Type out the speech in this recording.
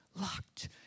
Locked